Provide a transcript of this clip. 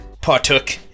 partook